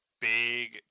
big